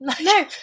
no